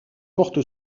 porte